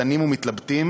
דנים ומתלבטים,